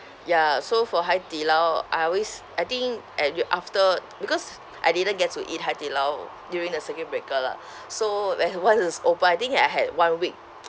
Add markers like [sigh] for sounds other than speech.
ya so for haidilao I always I think ev~ after because I didn't get to eat haidilao during the circuit breaker lah [breath] so whe~ once it's opened I think I had one week